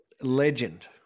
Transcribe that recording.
legend